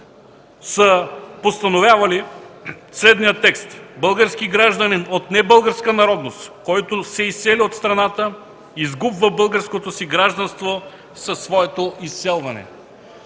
са постановявали следния текст: „Български гражданин от небългарска народност, който се изсели от страната, изгубва българското си гражданство със своето изселване”.